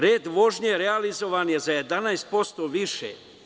Red vožnje realizovan je za 11% više.